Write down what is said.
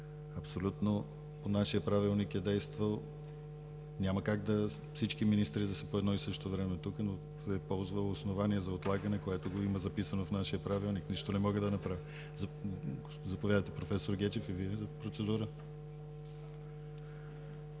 Абсолютно по нашия Правилник е действал. Няма как всички министри да са по едно и също време тук, но е ползвал основание за отлагане, което го има записано в нашия Правилник. Нищо не мога да направя. Заповядайте, проф. Гечев, и Вие ли за процедура?